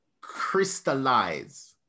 crystallize